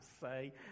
say